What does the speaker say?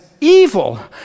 evil